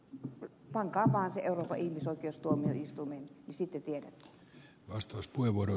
pankaa vaan se euroopan ihmisoikeustuomioistuimeen niin sitten tiedätte